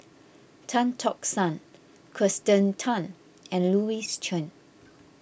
Tan Tock San Kirsten Tan and Louis Chen